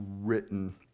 written